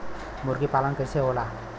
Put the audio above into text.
मुर्गी पालन कैसे होला?